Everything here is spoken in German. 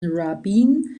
rabin